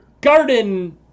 garden